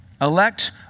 Elect